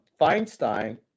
Feinstein